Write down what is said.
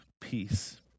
peace